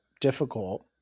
difficult